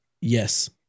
Yes